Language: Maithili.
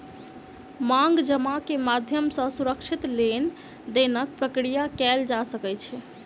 मांग जमा के माध्यम सॅ सुरक्षित लेन देनक प्रक्रिया कयल जा सकै छै